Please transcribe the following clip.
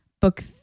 book